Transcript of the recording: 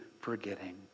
forgetting